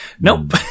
Nope